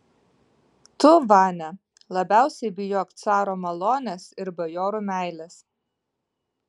tu vania labiausiai bijok caro malonės ir bajorų meilės